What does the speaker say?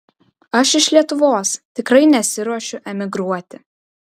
aš iš lietuvos tikrai nesiruošiu emigruoti